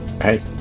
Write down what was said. Hey